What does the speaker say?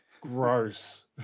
gross